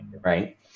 right